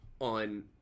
on